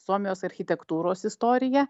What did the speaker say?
suomijos architektūros istoriją